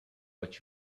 what